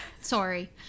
Sorry